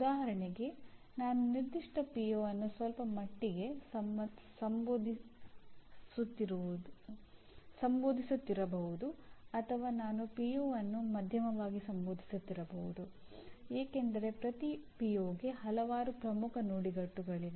ಉದಾಹರಣೆಗೆ ನಾನು ನಿರ್ದಿಷ್ಟ ಪಿಒ ಹಲವಾರು ಪ್ರಮುಖ ನುಡಿಗಟ್ಟುಗಳಿವೆ